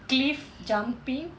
cliff jumping